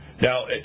Now